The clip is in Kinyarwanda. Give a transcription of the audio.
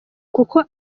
kuko